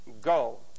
Go